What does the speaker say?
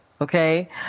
Okay